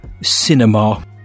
cinema